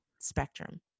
spectrum